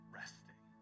resting